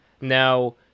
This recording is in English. Now